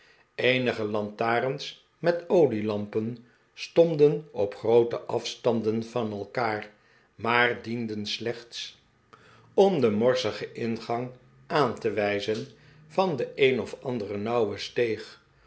eenige lantarens met olielampen stonden op groote afstanden van elkaar maar dienden slechts om den morsigen ingang aan te wijzen van de een of andere nauwe steeg